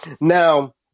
Now